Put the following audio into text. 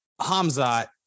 Hamzat